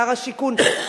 שר השיכון,